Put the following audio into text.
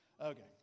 Okay